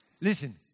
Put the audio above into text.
Listen